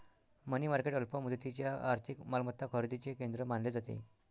मनी market अल्प मुदतीच्या आर्थिक मालमत्ता खरेदीचे केंद्र मानले जाते